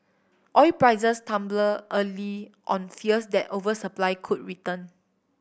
oil prices tumbled early on fears that oversupply could return